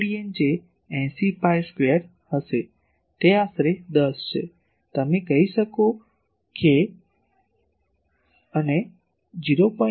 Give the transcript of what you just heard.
તેથી R radian જે 80 pi square હશે તે આશરે 10 છે તમે કહી શકો અને 0